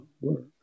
work